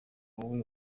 wowe